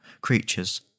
creatures